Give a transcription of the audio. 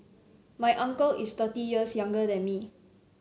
my uncle is thirty years younger than me